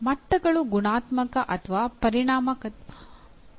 ಮಟ್ಟಗಳು ಗುಣಾತ್ಮಕ ಅಥವಾ ಪರಿಮಾಣಾತ್ಮಕವಾಗಿರಬಹುದು